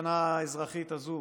השנה האזרחית הזאת